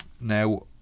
now